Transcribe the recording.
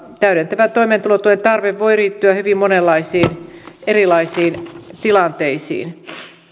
täydentävän toimeentulotuen tarve voi liittyä hyvin monenlaisiin erilaisiin tilanteisiin